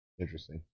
interesting